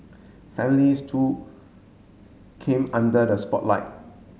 families too came under the spotlight